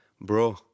Bro